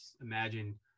imagine